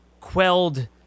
quelled